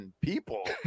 People